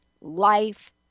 life